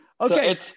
okay